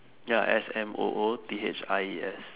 ya S M O O T H I E S